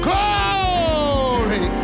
Glory